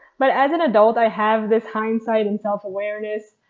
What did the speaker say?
but as an adult i have this hindsight and self-awareness,